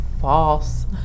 false